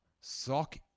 Sock